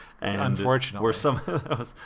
Unfortunately